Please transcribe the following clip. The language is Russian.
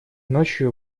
ночью